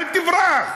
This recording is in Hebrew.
אל תברח.